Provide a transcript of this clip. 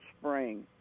spring